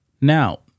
Now